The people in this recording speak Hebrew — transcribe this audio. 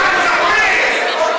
חבר